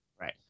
Right